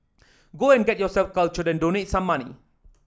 go and get yourself cultured and donate some money